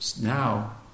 now